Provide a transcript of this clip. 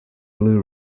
blue